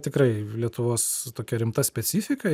tikrai lietuvos tokia rimta specifika